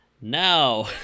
now